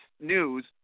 news